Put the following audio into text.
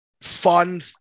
fun